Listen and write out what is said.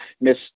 Miss